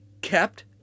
kept